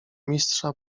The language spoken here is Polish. mistrza